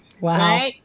Wow